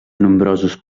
nombrosos